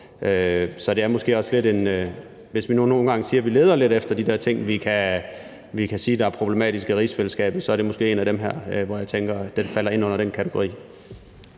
været på bordet. Hvis vi nogle gange siger, at vi lidt leder efter de ting, vi kan sige er problematiske i rigsfællesskabet, så er det her måske en af dem, som jeg tænker falder ind under den kategori.